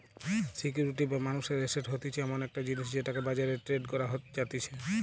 security বা মানুষের asset হতিছে এমন একটা জিনিস যেটাকে বাজারে ট্রেড করা যাতিছে